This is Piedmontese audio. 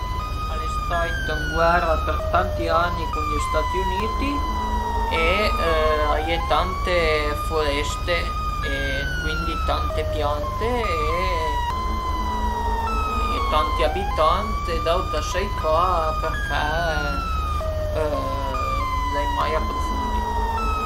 sun propi pa bun a nué e cuindi rieserìu pa a ste a gala dürant 'na tempeste përché riesu gnanca a ste a gala cuandi ël mar al e ferm e cuindi dizuma che cuandi vun o ënt i biai o al mar bagnu mach i pe e pöi i turnu ëndaré përché sun pa bun a nué